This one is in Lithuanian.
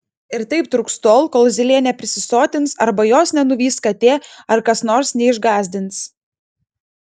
ir taip truks tol kol zylė neprisisotins arba jos nenuvys katė ar kas nors neišgąsdins